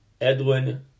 Edwin